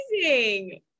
amazing